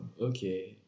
Okay